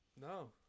No